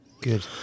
Good